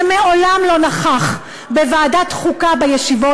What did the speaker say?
שמעולם לא נכח בוועדת החוקה בישיבות,